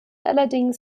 allerdings